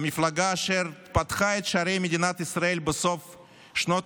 המפלגה אשר פתחה את שערי מדינת ישראל בסוף שנות